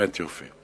באמת יופי.